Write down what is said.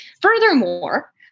Furthermore